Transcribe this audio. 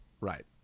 Right